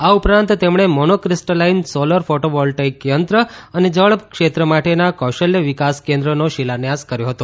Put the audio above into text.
આ ઉપરાંત તેમણે મોનોક્રિસ્ટલાઈન સોલર ફોટો વોલ્ટિક યંત્ર અને જળ ક્ષેત્ર માટેના કૌશલ્ય વિકાસ કેન્દ્રનો શિલાન્યાસ કર્યો હતો